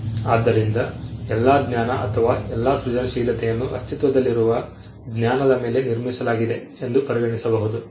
ಆದ್ದರಿಂದ ಎಲ್ಲಾ ಜ್ಞಾನ ಅಥವಾ ಎಲ್ಲಾ ಸೃಜನಶೀಲತೆಯನ್ನು ಅಸ್ತಿತ್ವದಲ್ಲಿರುವ ಜ್ಞಾನದ ಮೇಲೆ ನಿರ್ಮಿಸಲಾಗಿದೆ ಎಂದು ಪರಿಗಣಿಸಬಹುದು